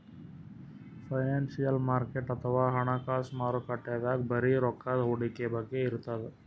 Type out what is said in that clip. financial market ಅಥವಾ ಹಣಕಾಸ್ ಮಾರುಕಟ್ಟೆದಾಗ್ ಬರೀ ರೊಕ್ಕದ್ ಹೂಡಿಕೆ ಬಗ್ಗೆ ಇರ್ತದ್